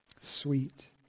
sweet